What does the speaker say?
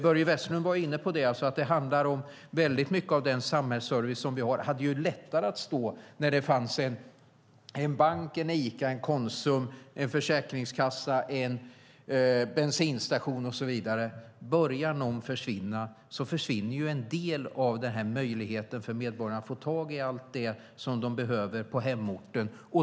Börje Vestlund var inne på att det handlar mycket om detta: En stor del av den samhällsservice vi har hade lättare att klara sig när det fanns en bank, en Ica, en Konsum, en försäkringskassa, en bensinstation och så vidare. Om någon börjar försvinna försvinner en del av möjligheten för medborgarna att få tag i allt det som de behöver på hemorten.